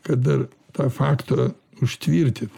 kad dar tą faktą užtvirtint